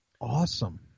Awesome